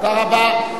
תודה רבה.